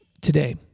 today